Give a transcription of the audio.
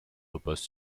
repose